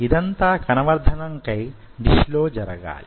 ఇదంతా కణ వర్ధనంకై డిష్ లో జరగాలి